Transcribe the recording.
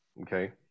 okay